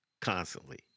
constantly